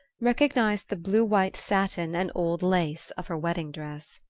recognised the blue-white satin and old lace of her wedding dress.